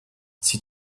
sie